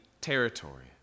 territory